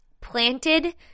planted